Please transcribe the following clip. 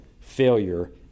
failure